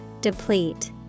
deplete